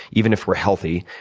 even if we're healthy,